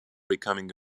becoming